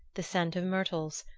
the scent of myrtles,